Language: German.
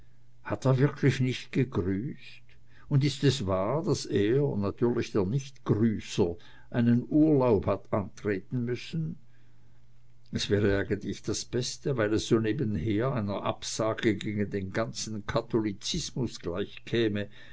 hat er wirklich nicht gegrüßt und ist es wahr daß er natürlich der nichtgrüßer einen urlaub hat antreten müssen es wäre eigentlich das beste weil es so nebenher einer absage gegen den ganzen katholizismus